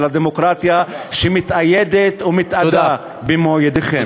של הדמוקרטיה שמתאיידת ומתאדה במו-ידיכם.